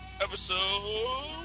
episode